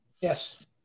Yes